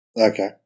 Okay